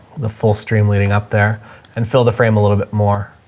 the full stream leading up there and fill the frame a little bit more